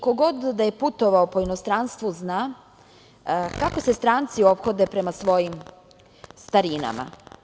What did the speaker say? Ko god da je putovao po inostranstvu zna kako se stranci ophode prema svojim starinama.